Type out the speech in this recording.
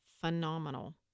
phenomenal